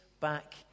back